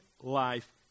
life